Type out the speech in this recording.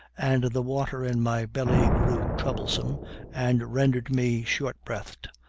and the water in my belly grew troublesome and rendered me short-breathed,